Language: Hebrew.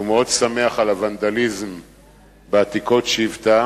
שהוא מאוד שמח על הוונדליזם בעתיקות שבטה,